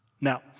Now